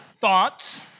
thoughts